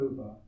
over